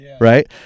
right